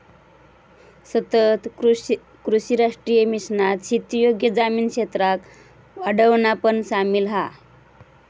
सतत कृषी राष्ट्रीय मिशनात शेती योग्य जमीन क्षेत्राक वाढवणा पण सामिल हा